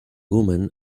woman